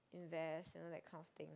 invest you know that kind of thing